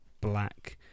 black